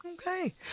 Okay